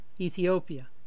Ethiopia